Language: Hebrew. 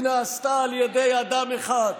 היא נעשתה על ידי אדם אחד,